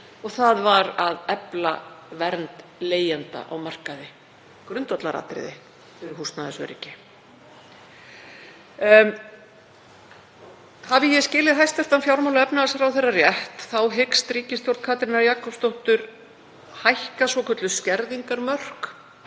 og það var að efla vernd leigjenda á markaði, grundvallaratriði fyrir húsnæðisöryggi. — Hafi ég skilið hæstv. fjármála- og efnahagsráðherra rétt hyggst ríkisstjórn Katrínar Jakobsdóttur hækka svokölluð skerðingarmörk